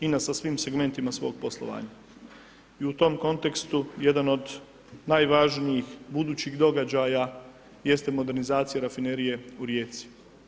INA sa svim segmentima svog poslovanja i u tom kontekstu jedan od najvažnijih budućih događaja jeste modernizacija rafinerije u Rijeci.